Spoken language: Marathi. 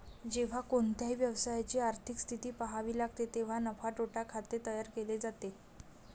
जेव्हा कोणत्याही व्यवसायाची आर्थिक स्थिती पहावी लागते तेव्हा नफा तोटा खाते तयार केले जाते